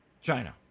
China